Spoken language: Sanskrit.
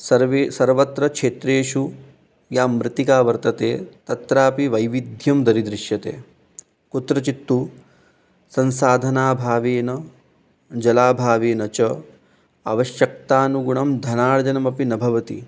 सर्वे सर्वत्र क्षेत्रेषु या मृत्तिका वर्तते तत्रापि वैविध्यं दरीदृश्यते कुत्रचित्तु संसाधनाभावेन जलाभावेन च अवश्यकतानुगुणं धनार्जनमपि न भवति